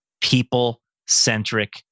People-centric